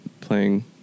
playing